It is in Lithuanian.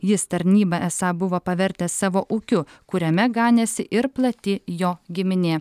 jis tarnybą esą buvo pavertęs savo ūkiu kuriame ganėsi ir plati jo giminė